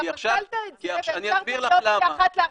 כי עכשיו --- אתה פסלת את זה ויצרת אופציה אחת להחליט.